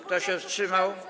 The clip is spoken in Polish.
Kto się wstrzymał?